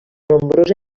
nombrosa